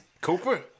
Cooper